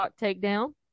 takedown